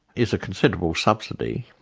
is a considerable subsidy,